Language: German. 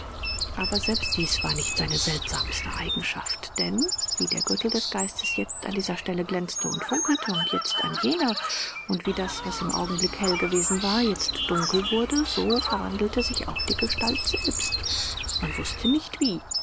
aber selbst dies war nicht seine seltsamste eigenschaft denn wie der gürtel des geistes jetzt an dieser stelle glänzte und funkelte und jetzt an jener und wie das was im augenblick hell gewesen war jetzt dunkel wurde so verwandelte sich auch die gestalt selbst man wußte nicht wie